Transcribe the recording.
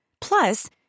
Plus